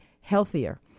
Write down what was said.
healthier